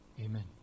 Amen